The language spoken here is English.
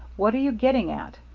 what are you getting at?